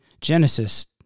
Genesis